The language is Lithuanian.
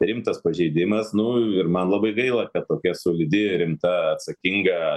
rimtas pažeidimas nu ir man labai gaila kad tokia solidi rimta atsakinga